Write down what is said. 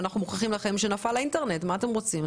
אנחנו מוכיחים לכם שנפל האינטרנט ולכן מה אתם רוצים?